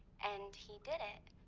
and he did it,